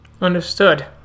Understood